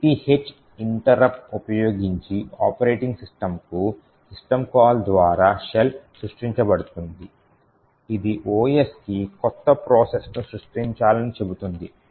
80H interrupt ఉపయోగించి operating సిస్టమ్కు system call ద్వారా షెల్ సృష్టించబడుతుంది ఇది OSకి కొత్త ప్రాసెస్ ను సృష్టించాలని చెబుతుంది